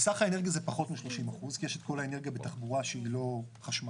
בסך האנרגיה זה פחות מ-30% כי יש את כל האנרגיה בתחבורה שהיא לא חשמלית,